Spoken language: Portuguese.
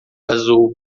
azul